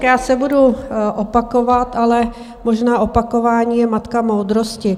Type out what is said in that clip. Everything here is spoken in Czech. Já se budu opakovat, ale možná opakování je matka moudrosti.